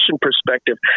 perspective